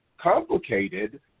complicated